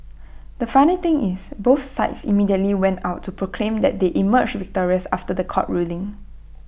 the funny thing is both sides immediately went out to proclaim that they emerged victorious after The Court ruling